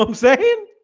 um second